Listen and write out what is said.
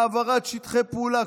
העברת שטחי פעולה.